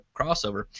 crossover